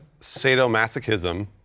sadomasochism